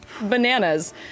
bananas